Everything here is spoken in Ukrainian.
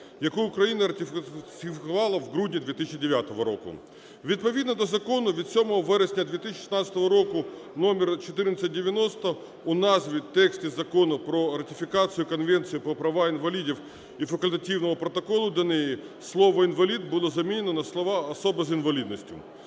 яку Україна ратифікувала в грудні 2009 року. Відповідно до закону від 7 вересня 2016 року (№ 1490) у назві тексту Закону "Про ратифікацію Конвенції про права інвалідів і Факультативному протоколі до неї" слово "інвалід" було замінено на слова "особа з інвалідністю".